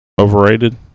overrated